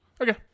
okay